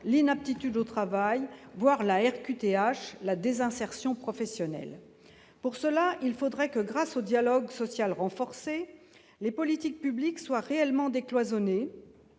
la qualité de travailleur handicapé, la RQTH, et la désinsertion professionnelle. Pour ce faire, il faudrait que, grâce au dialogue social renforcé, les politiques publiques soient réellement décloisonnées,